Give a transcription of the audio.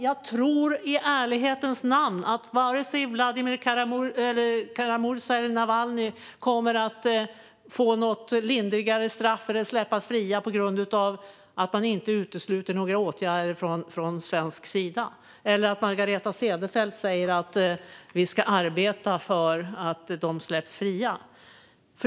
Jag tror i ärlighetens namn inte att vare sig Kara-Murza eller Navalnyj kommer att få ett lindrigare straff eller släppas fria på grund av att man inte utesluter några åtgärder från svensk sida eller på grund av att Margareta Cederfelt säger att vi ska arbeta för att de ska släppas fria.